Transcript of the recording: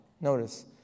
Notice